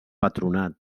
patronat